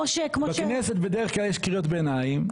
בכנסת בדרך כלל יש קריאות ביניים.